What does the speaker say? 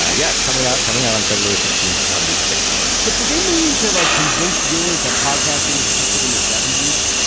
yeah. it's coming out. coming out on february sixteenth on the epic's network what do they mean to, like, convince viewers that podcasting existed in the seventy s?